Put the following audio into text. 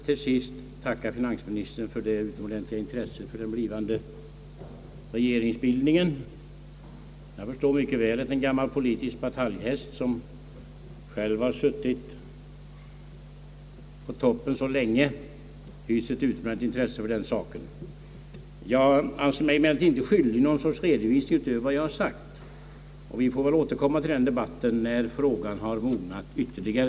Till sist vill jag tacka finansministern för det stora intresset för den blivande regeringsbildningen. Jag förstår mycket väl att en gammal politisk bataljhäst, som själv befunnit sig på toppen så länge, hyser ett utomordentligt intresse för den saken. Jag anser mig emellertid inte skyldig att lämna någon redovisning utöver vad jag sagt. Vi får väl återkomma till den debatten när frågan har mognat ytterligare.